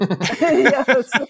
Yes